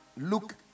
look